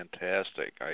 fantastic